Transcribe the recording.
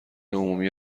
عمومی